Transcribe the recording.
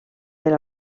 per